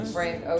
Frank